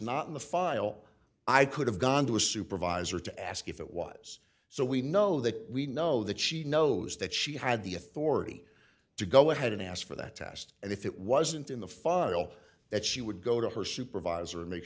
not in the file i could have gone to a supervisor to ask if it was so we know that we know that she knows that she had the authority to go ahead and ask for that test and if it wasn't in the file that she would go to her supervisor